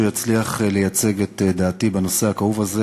יצליח לייצג את דעתי בנושא הכאוב הזה.